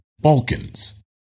Balkans